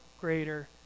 greater